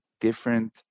different